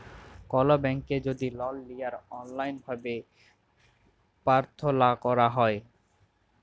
call ব্যাংকে যদি লল লিয়ার অললাইল ভাবে পার্থলা ক্যরা হ্যয়